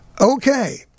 Okay